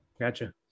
Gotcha